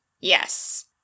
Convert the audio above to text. Yes